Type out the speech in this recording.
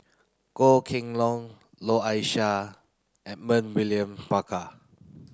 Goh Kheng Long Noor Aishah Edmund William Barker